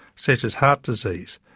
such as heart disease,